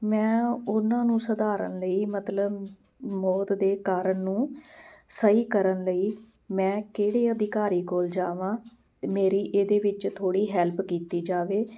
ਮੈਂ ਉਹਨਾਂ ਨੂੰ ਸਧਾਰਨ ਲਈ ਮਤਲਬ ਮੌਤ ਦੇ ਕਾਰਨ ਨੂੰ ਸਹੀ ਕਰਨ ਲਈ ਮੈਂ ਕਿਹੜੇ ਅਧਿਕਾਰੀ ਕੋਲ ਜਾਵਾਂ ਅਤੇ ਮੇਰੀ ਇਹਦੇ ਵਿੱਚ ਥੋੜ੍ਹੀ ਹੈਲਪ ਕੀਤੀ ਜਾਵੇ